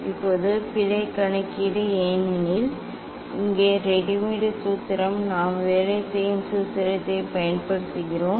இப்போது பிழை கணக்கீடு ஏனெனில் இங்கே ரெடிமேட் சூத்திரம் நாம் வேலை செய்யும் சூத்திரத்தைப் பயன்படுத்துகிறோம்